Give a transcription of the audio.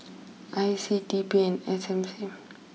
I C T P and S M C